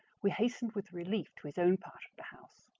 we hastened with relief to his own part of the house,